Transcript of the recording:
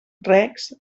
recs